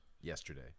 yesterday